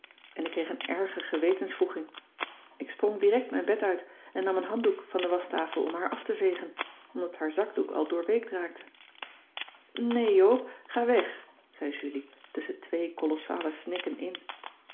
en ik kreeg een erge gewetenswroeging ik sprong direct mijn bed uit en nam een handdoek van de waschtafel om haar af te vegen omdat haar zakdoek al doorweekt raakte nee joop ga weg zei julie tusschen twee kolossale snikken in